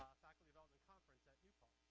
faculty development conference at new paltz.